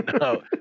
No